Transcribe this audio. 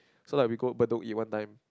so like we go Bedok eat one time